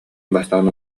бастаан